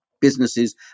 businesses